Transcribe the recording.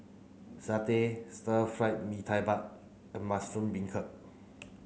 satay stir fried Mee Tai Mak and mushroom beancurd